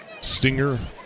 Stinger